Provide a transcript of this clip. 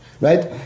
right